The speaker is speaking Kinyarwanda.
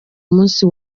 munsi